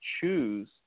choose